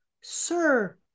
sir